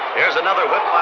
here's another whip